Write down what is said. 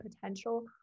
potential